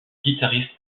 guitariste